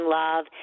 love